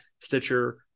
Stitcher